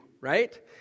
right